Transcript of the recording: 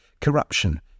corruption